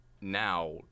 now